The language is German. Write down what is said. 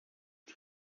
und